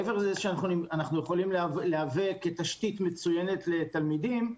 מעבר לזה שאנחנו יכולים להווה כתשתית מצוינת לתלמידים,